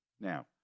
Now